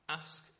ask